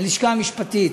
הלשכה המשפטית,